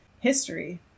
history